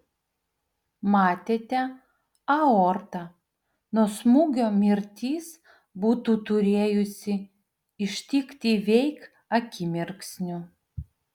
matėte aortą nuo smūgio mirtis būtų turėjusi ištikti veik akimirksniu